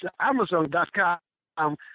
Amazon.com